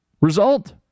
result